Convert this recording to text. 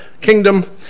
Kingdom